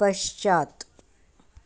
पश्चात्